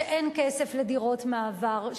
שאין כסף לדירות מעבר?